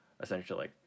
essentially